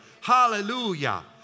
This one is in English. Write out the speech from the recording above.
Hallelujah